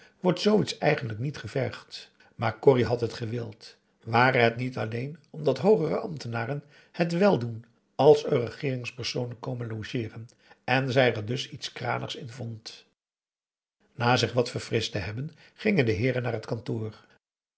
wordt zooiets eigenlijk niet gevergd maar corrie had het gewild ware het alleen omdat hoogere ambtenaren het wel doen als er regeeringspersonen komen logeeren en zij er dus iets kranigs in vond na zich wat verfrischt te hebben gingen de heeren naar het kantoor